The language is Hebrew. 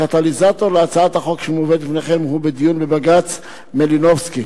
הקטליזטור להצעת החוק שמובאת בפניכם הוא הדיון בבג"ץ מלינובסקי.